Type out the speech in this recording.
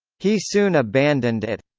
he soon abandoned it.